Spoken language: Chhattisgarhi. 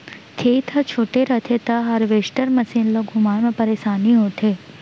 खेत ह छोटे रथे त हारवेस्टर मसीन ल घुमाए म परेसानी होथे